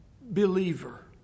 believer